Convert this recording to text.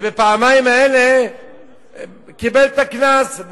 ובפעמיים האלה הוא קיבל את הקנס.